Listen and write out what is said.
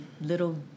little